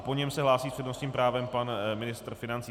Po něm se hlásí s přednostním právem pan ministr financí.